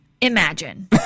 Imagine